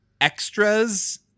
extras